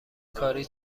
کاری